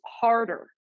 harder